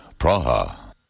Praha